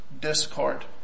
discord